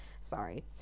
Sorry